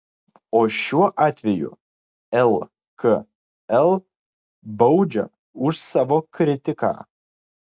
o šiuo atveju lkl baudžia už savo kritiką